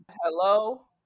Hello